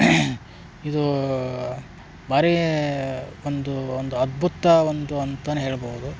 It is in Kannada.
ಇದು ಭಾರೀ ಒಂದು ಒಂದು ಅದ್ಭುತ ಒಂದು ಅಂತಲೂ ಹೇಳ್ಬೌದು